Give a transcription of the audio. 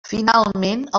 finalment